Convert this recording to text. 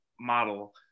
model